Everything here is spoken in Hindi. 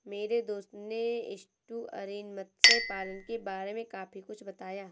मेरे दोस्त ने एस्टुअरीन मत्स्य पालन के बारे में काफी कुछ बताया